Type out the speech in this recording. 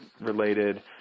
related